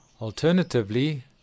Alternatively